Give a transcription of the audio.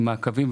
עם מעקבים,